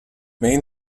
main